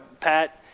Pat